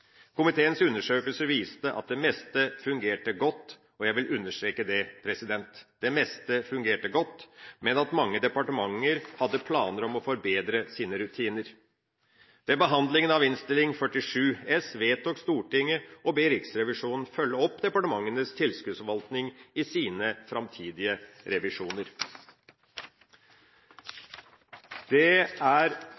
Komiteens undersøkelser viste at det meste fungerte godt. Jeg vil understreke det – det meste fungerte godt. Men mange departementer hadde planer om å forbedre sine rutiner. Ved behandlinga av Innst. 47 S vedtok Stortinget å be Riksrevisjonen følge opp departementenes tilskuddsforvaltning i sine framtidige revisjoner.